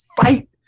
fight